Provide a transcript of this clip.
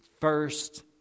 first